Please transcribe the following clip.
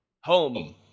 home